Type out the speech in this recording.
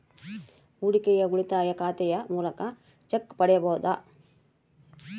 ಹೂಡಿಕೆಯ ಉಳಿತಾಯ ಖಾತೆಯ ಮೂಲಕ ಚೆಕ್ ಪಡೆಯಬಹುದಾ?